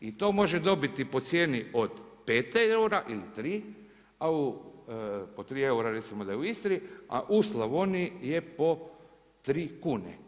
I to može dobiti po cijeni od 5 eura ili 3, po 3 eura recimo da je u Istri, a u Slavoniji je po 3 kune.